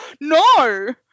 No